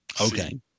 okay